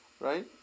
right